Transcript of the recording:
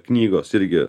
knygos irgi